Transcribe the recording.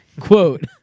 Quote